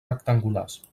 rectangulars